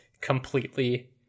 completely